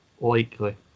likely